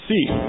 see